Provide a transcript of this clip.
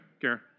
Karen